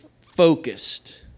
focused